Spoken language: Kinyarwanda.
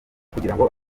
kugirango